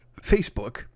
Facebook